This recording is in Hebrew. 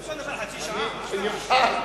אי-אפשר לדבר חצי שעה, מה קרה.